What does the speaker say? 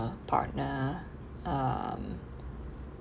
partner um